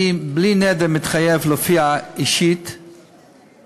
אני, בלי נדר, מתחייב להופיע אישית לדיון.